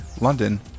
London